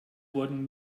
wurden